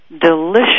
delicious